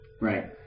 Right